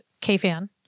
KFan